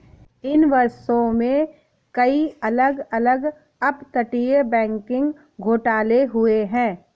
इन वर्षों में, कई अलग अलग अपतटीय बैंकिंग घोटाले हुए हैं